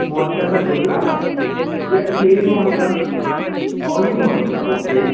ਮੋਨਿਕਾ ਸਰਗੁਤਰਾ ਜਾਂ plain Monika only Monika okay